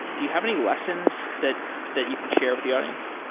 do you have any lessons that that you can share with the audience?